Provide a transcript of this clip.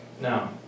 Now